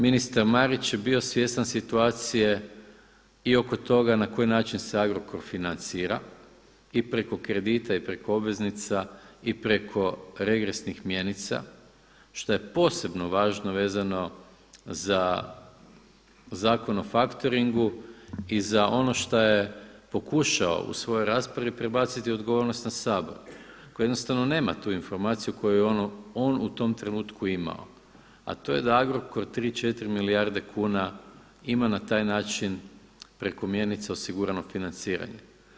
Ministar Marić je bio svjestan situacije i oko toga na koji način se Agrokor financira i preko kredita i preko obveznica i preko regresnih mjenica što je posebno važno vezano za Zakon o faktoring i za ono šta je pokušao u svojoj raspravi prebaciti odgovornost na Sabor koji jednostavno nema tu informaciju koju je on u tom trenutku imao, a to je da Agrokor tri, četiri milijarde kuna ima na taj način preko mjenica osigurano financiranje.